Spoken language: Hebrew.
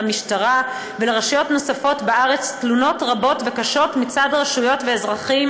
למשטרה ולרשויות נוספות בארץ תלונות רבות וקשות מצד רשויות ואזרחים